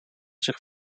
zich